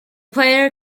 player